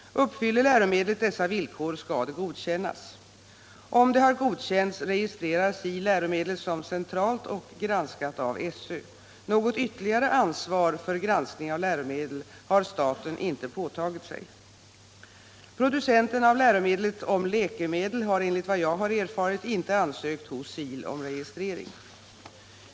Uppfyller läromedlet dessa villkor skall det godkännas. Om det har godkänts registrerar SIL läromedlet som centralt och granskat av SÖ. Något ytterligare ansvar för granskning av läromedel har staten inte påtagit sig. Producenten av läromedlet Om läkemedel har enligt vad jag har erfarit inte ansökt hos SIL om registrering.